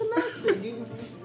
semester